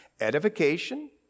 edification